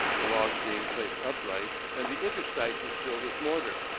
the logs being placed upright, and the interstices filled with mortar.